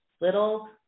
little